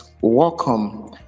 Welcome